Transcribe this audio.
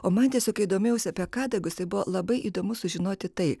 o matėsi kai domėjausi apie kadagius tai buvo labai įdomu sužinoti tai